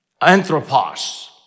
anthropos